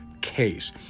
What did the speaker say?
case